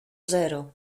zero